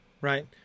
right